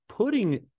Putting